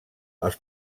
els